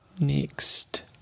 Next